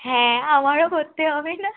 হ্যাঁ আমারও করতে হবে না